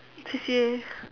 C_C_A